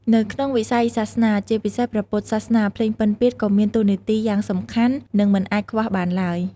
នៅក្នុងវិស័យសាសនា ជាពិសេសព្រះពុទ្ធសាសនា ភ្លេងពិណពាទ្យក៏មានតួនាទីយ៉ាងសំខាន់ និងមិនអាចខ្វះបានឡើយ។